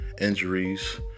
Injuries